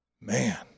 man